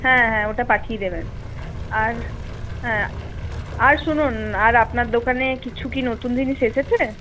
হ্যাঁ হ্যাঁ ওটা পাঠিয়ে দেবেন আর হ্যাঁ আর শুনুন আর আপনার দোকানে কিছু কি নতুন জিনিস এসেছে